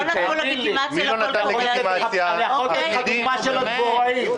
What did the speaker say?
לא נתנו לגיטימציה לקול קורא הזה.